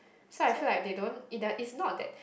so I feel like they don't it the is not that